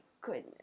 goodness